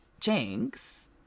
Jinx